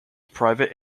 private